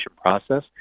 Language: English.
process